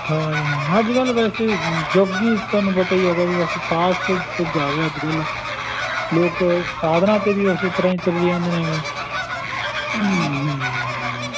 ਹਾਂਜੀ ਜੀ ਹਾਂ ਅੱਜ ਕੱਲ੍ਹ ਵੈਸੇ ਯੁੱਗ ਹੀ ਤੁਹਾਨੂੰ ਪਤਾ ਹੀ ਹੈਗਾ ਵੀ ਬਸ ਫਾਸਟ ਯੁੱਗ ਆ ਗਿਆ ਅੱਜ ਕੱਲ੍ਹ ਲੋਕ ਸਾਧਨਾਂ 'ਤੇ ਵੀ ਉਸੇ ਤਰ੍ਹਾਂ ਹੀ ਤੁਰੀ ਜਾਂਦੇ ਨੇ ਗੇ